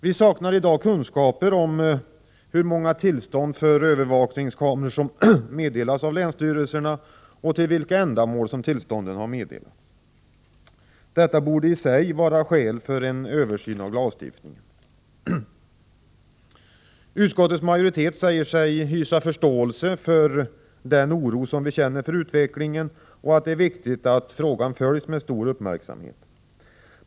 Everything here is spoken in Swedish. Vi saknar i dag kunskaper om hur många tillstånd för övervakningskameror som meddelats av länsstyrelserna och till vilka ändamål som tillstånden har meddelats. Detta borde i sig vara skäl för en översyn av lagstiftningen. Utskottets majoritet säger sig hysa förståelse för den oro vi känner för utvecklingen och att det är viktigt att frågan följs med stor uppmärksamhet.